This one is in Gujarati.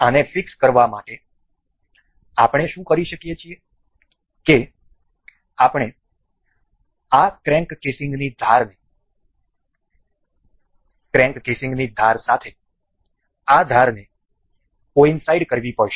આને ફિક્સ કરવા માટે આપણે શું કરી શકીએ છીએ કે આપણે આ ક્રેન્ક કેસિંગની ધાર સાથે આ ધારને કોઈન્સાઈડ કરવી પડશે